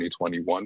2021